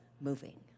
moving